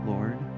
Lord